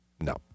No